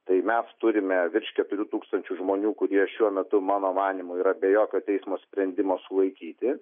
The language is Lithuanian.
tai mes turime virš keturių tūkstančių žmonių kurie šiuo metu mano manymu yra be jokio teismo sprendimo sulaikyti